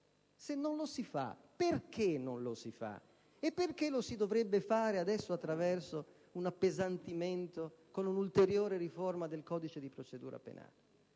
Se non la si utilizza, perché non lo si fa? E perché lo si dovrebbe fare adesso, attraverso un appesantimento, con un'ulteriore riforma del codice di procedura penale?